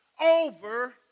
over